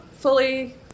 Fully